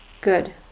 Good